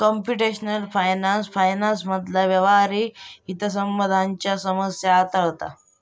computational finance फायनान्समधला व्यावहारिक हितसंबंधांच्यो समस्या हाताळता